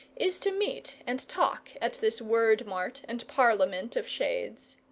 is to meet and talk at this word-mart and parliament of shades.